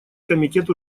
комитет